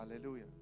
Hallelujah